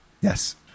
Yes